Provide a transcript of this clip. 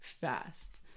fast